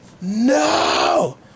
no